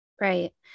Right